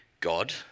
God